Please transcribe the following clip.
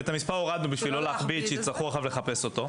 ואת המספר הורדנו כדי לא להכביד כשיצטרכו לחפש אותו.